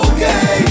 Okay